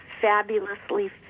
fabulously